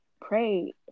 pray